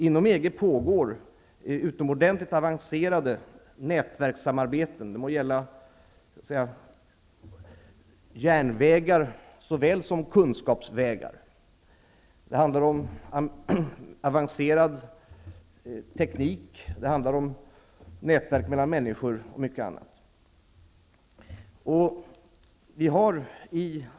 Det pågår utomordentligt avancerade nätverkssamarbeten inom EG. Det kan gälla järnvägar såväl som kunskapsvägar. Det handlar om avancerad teknik, nätverk mellan människor och mycket annat.